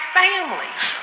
families